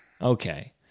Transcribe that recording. Okay